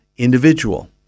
individual